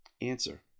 answer